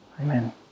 Amen